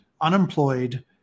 unemployed